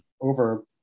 over